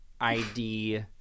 ID